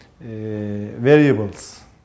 variables